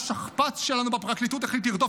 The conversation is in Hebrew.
השכפ"ץ שלנו בפרקליטות החליט לרדוף